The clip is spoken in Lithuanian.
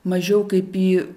mažiau kaip į